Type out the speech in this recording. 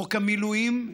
חוק המילואים,